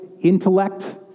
intellect